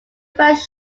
first